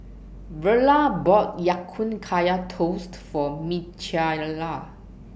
Verla bought Ya Kun Kaya Toast For Micayla